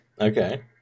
Okay